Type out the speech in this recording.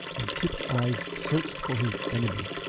and chip's eyes searched for his enemy.